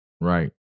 right